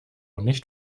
nicht